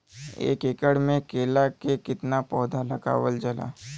एक एकड़ में केला के कितना पौधा लगावल जाला?